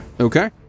okay